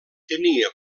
tenia